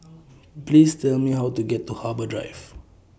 Please Tell Me How to get to Harbour Drive